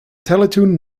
teletoon